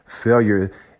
Failure